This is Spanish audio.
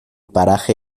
paraje